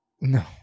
No